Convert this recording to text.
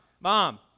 mom